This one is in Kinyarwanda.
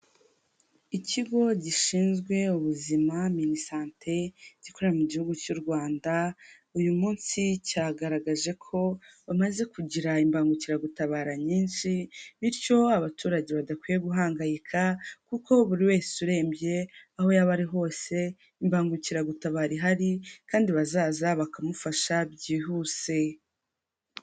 Ikigo gishinzwe ubuzima minisante gikorera mu gihugu cy'u Rwanda uyu munsi cyagaragaje ko bamaze kugira imbangukiragutabara nyinshi bityo abaturage badakwiye guhangayika, kuko buri wese urebye, aho yaba ari hose imbangukiragutabara ihari kandi bazaza bakamufasha byihuse.